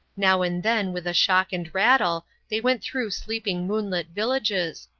now and then with a shock and rattle they went through sleeping moonlit villages,